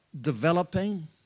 developing